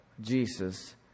Jesus